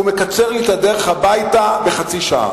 והוא מקצר לי את הדרך הביתה בחצי שעה.